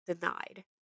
denied